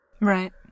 right